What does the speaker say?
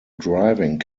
driving